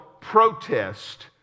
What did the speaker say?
protest